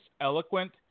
eloquent